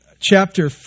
Chapter